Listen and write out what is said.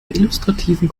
illustrativen